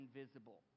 invisible